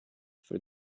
for